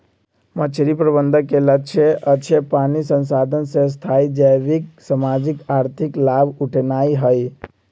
मछरी प्रबंधन के लक्ष्य अक्षय पानी संसाधन से स्थाई जैविक, सामाजिक, आर्थिक लाभ उठेनाइ हइ